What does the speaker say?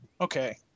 okay